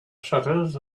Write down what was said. shutters